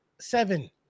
seven